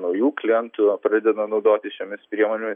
naujų klientų pradeda naudotis šiomis priemonėmis